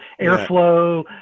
airflow